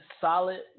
solid